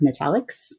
metallics